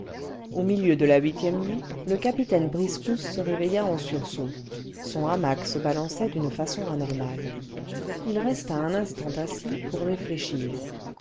au milieu de la huitième nuit le capitaine briscousse se réveilla en sursaut son hamac se balançait d'une façon anormale h resta un instant assis pour réfléchir